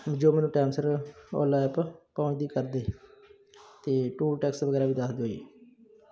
ਜੋ ਮੈਨੂੰ ਟਾਈਮ ਸਿਰ ਓਲਾ ਐਪ ਪਹੁੰਚਦੀ ਕਰਦੇ ਅਤੇ ਟੂਲ ਟੈਕਸ ਵਗੈਰਾ ਵੀ ਦੱਸ ਦਿਓ ਜੀ